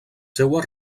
seues